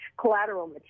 collateral